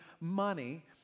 money